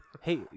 Hey